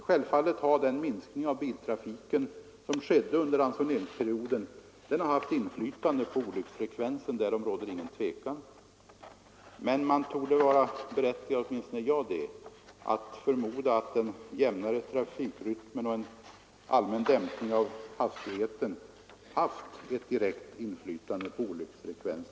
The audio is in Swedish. Självfallet har den minskning av biltrafiken som skedde under ransoneringsperioden haft inflytande på olycksfallsfrekvensen. Det är också — trots det begränsade jämförelsematerialet — berättigat att förmoda att den jämnare trafikrytmen och en allmän dämpning av hastigheten haft ett direkt positivt inflytande på olycksfallsfrekvensen.